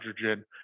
hydrogen